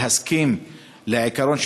להסכים לעיקרון,